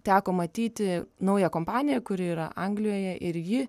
teko matyti naują kompaniją kuri yra anglijoje ir ji